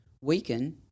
weaken